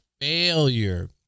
failure